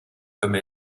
comme